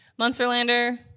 Munsterlander